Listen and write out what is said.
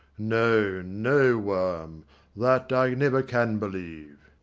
no, no, worm that i never can believe.